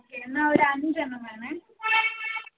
okay എന്നാൽ ഒരു അഞ്ചെണ്ണം വേണേ